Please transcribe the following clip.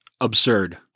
absurd